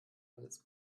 alles